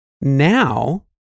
Now